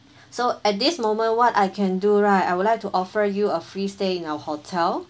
so at this moment what I can do right I would like to offer you a free stay in our hotel